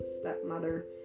stepmother